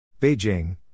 Beijing